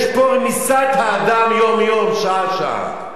יש פה רמיסת האדם יום-יום, שעה-שעה.